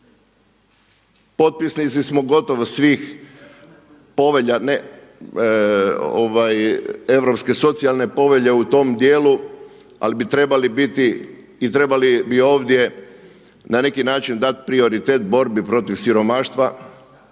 Potpisnici smo gotovo svih povelja, Europske socijalne povelje u tom dijelu, ali bi trebali biti i trebali bi ovdje na neki način dati prioritet borbi protiv siromaštva